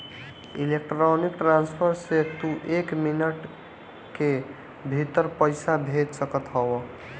electronic transfer से तू एक मिनट के भीतर पईसा भेज सकत हवअ